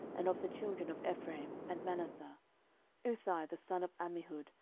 and of the children of ephraim, and manasseh uthai the son of ammihud,